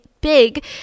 big